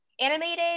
animated